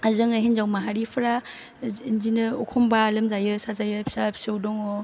जोङो हिन्जाव माहारिफ्रा बिदिनो एखमबा लोमजायो साजायो फिसा फिसौ दङ